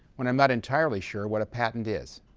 when i'm not entirely sure what a patent is?